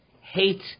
hate